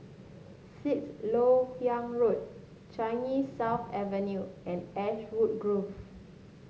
Sixth LoK Yang Road Changi South Avenue and Ashwood Grove